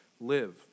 live